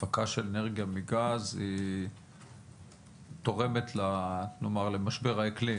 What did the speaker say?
ההפקה של אנרגיה מגז היא תורמת למשבר האקלים,